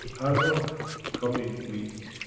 as of coming week,